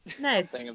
Nice